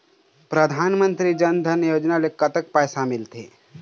परधानमंतरी जन धन योजना ले कतक पैसा मिल थे?